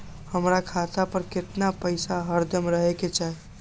हमरा खाता पर केतना पैसा हरदम रहे के चाहि?